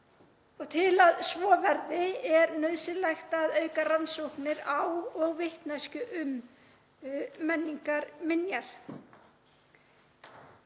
Til að svo verði er nauðsynlegt að auka rannsóknir á og vitneskju um menningarminjar.